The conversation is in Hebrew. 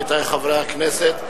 עמיתי חברי הכנסת,